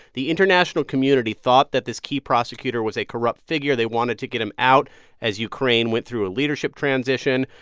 the international community thought that this key prosecutor was a corrupt figure. they wanted to get him out as ukraine went through a leadership transition.